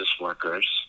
workers